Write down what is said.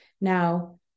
Now